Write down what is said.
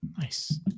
Nice